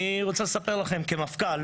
אני רוצה לספר לכם כמפכ"ל,